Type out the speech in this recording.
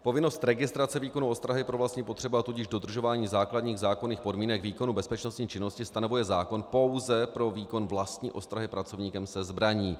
Povinnost registrace výkonu ostrahy pro vlastní potřeby, a tudíž dodržování základních zákonných podmínek výkonu bezpečnostní činnosti stanovuje zákon pouze pro výkon vlastní ostrahy pracovníkem se zbraní.